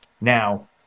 Now